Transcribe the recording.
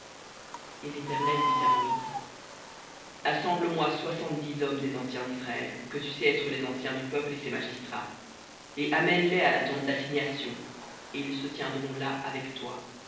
et l'éternel dit à moïse assemble moi soixante-dix hommes des anciens d'israël que tu sais être les anciens du peuple et ses magistrats et amène les à la tente d'assignation et ils se tiendront là avec toi